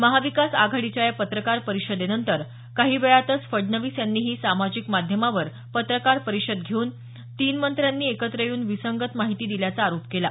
महाविकास आघाडीच्या या पत्रकार परिषदेनंतर काही वेळातच फडणवीस यांनीही सामाजिक माध्यमावर पत्रकार परीषद घेऊन तीन मंत्र्यांनी एकत्र येऊन विसंगत माहिती दिल्याचा आरोप केला